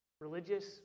Religious